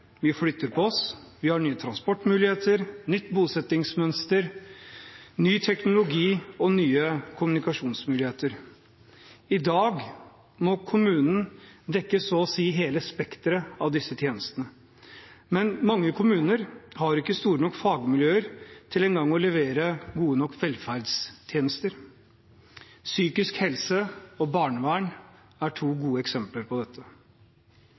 vi flytter på oss, vi har nye transportmuligheter, nytt bosettingsmønster, ny teknologi og nye kommunikasjonsmuligheter. I dag må kommunen dekke så å si hele spekteret av disse tjenestene. Men mange kommuner har ikke store nok fagmiljøer til engang å levere gode nok velferdstjenester. Psykisk helse og barnevern er to gode eksempler på dette.